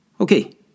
Okay